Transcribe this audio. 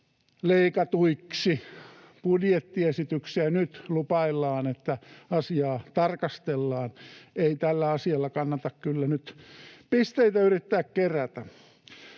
leikatuiksi ja nyt lupaillaan, että asiaa tarkastellaan. Ei tällä asialla kannata kyllä nyt pisteitä yrittää kerätä.